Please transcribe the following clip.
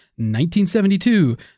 1972